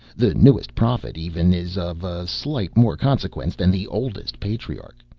the newest prophet, even, is of a sight more consequence than the oldest patriarch.